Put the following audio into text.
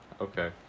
okay